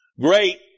Great